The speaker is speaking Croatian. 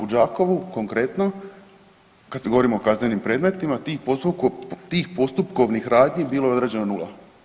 U Đakovu konkretno kad se govorimo o kaznenim predmetima tih postupkovnih radnji bilo je određeno nula.